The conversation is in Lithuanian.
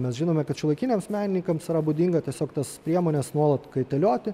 mes žinome kad šiuolaikiniams menininkams yra būdinga tiesiog tas priemones nuolat kaitalioti